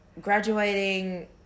graduating